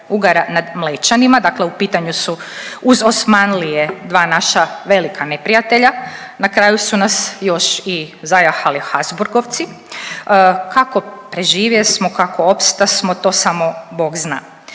Ugara nad Mlečanima. Dakle, u pitanju su uz Osmanlije dva naša velika neprijatelja. Na kraju su nas još i zajahali Habsburgovci kako preživjesmo, kako opstasmo to samo Bog zna.